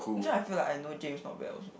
so I feel like I know James not bad also